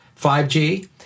5G